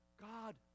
god